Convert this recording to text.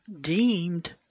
deemed